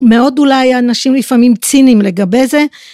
מאוד אולי אנשים לפעמים ציניים לגבי זה.